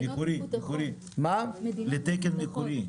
לתקן מקורי.